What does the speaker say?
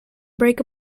break